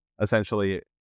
Essentially